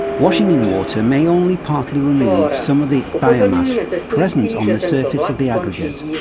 washing in water may only partly remove some of the biomass present on the surface of the aggregate,